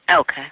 Okay